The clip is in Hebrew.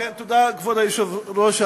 תודה, כבוד היושב-ראש.